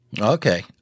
okay